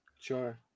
sure